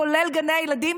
כולל גני הילדים,